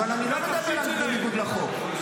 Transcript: --- אני לא מדבר בניגוד לחוק.